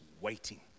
waiting